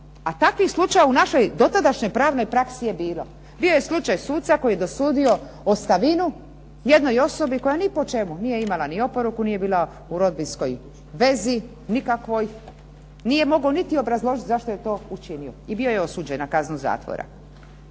a takvih slučajeva u našoj dotadašnjoj pravnoj praksi je bilo. Bio je slučaj suca koji je dosudio ostavinu jednoj osobi koja ni po čemu nije imala ni oporuku, nije bila u rodbinskoj vezi nikakvoj, nije mogao niti obrazložiti zašto je to učinio. I bio je osuđen na kaznu zatvora.